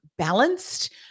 Balanced